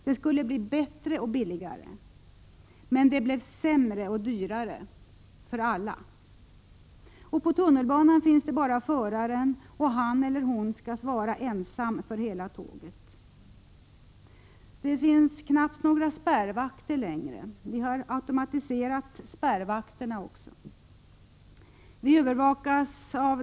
Det skulle bli bättre och billigare, men det blev sämre och dyrare — för alla. På tunnelbanan finns bara föraren, och han eller hon skall ensam svara för hela tåget. Det finns knappt några spärrvakter längre — man har automatiserat spärrarna också.